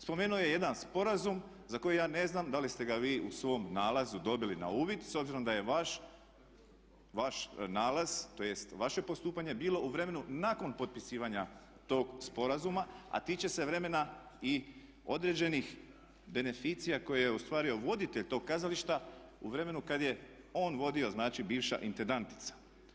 Spomenuo je jedan sporazum za koji ja ne znam da li ste ga vi u svom nalazu dobili na uvid s obzirom da je vaš nalaz tj. vaše postupanje bilo u vremenu nakon potpisivanja tog sporazuma a tiče se vremena i određenih beneficija koje je ostvario voditelj tog kazališta u vremenu kad je on vodio znači bivša intendantica.